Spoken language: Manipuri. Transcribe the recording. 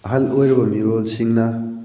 ꯑꯍꯜ ꯑꯣꯏꯔꯕ ꯃꯤꯔꯣꯜꯁꯤꯡꯅ